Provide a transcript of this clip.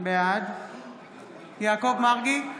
בעד יעקב מרגי,